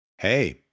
hey